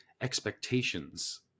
Expectations